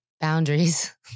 Boundaries